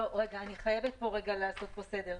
אני חייבת לעשות פה רגע סדר.